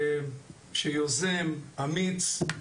פיקוד שיוזם, אמיץ.